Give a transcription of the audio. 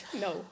no